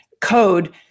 Code